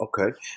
Okay